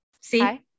See